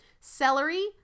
celery